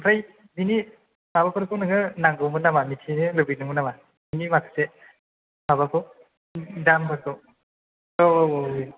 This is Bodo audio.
आमफ्राय बिनि माबाफोरखौ नोङो नांगौमोन नामा मिथिनो लुबैदोंमोन नामा बेनि माखासे माबाखौ दामफोरखौ औ औ औ